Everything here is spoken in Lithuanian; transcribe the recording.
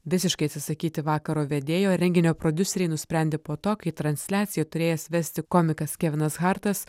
visiškai atsisakyti vakaro vedėjo renginio prodiuseriai nusprendė po to kai transliaciją turėjęs vesti komikas kernas hartas